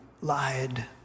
lied